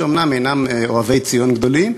שאומנם אינם אוהבי ציון גדולים,